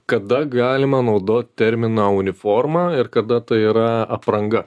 kada galima naudot terminą uniforma ir kada tai yra apranga